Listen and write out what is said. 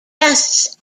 guests